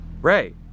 Ray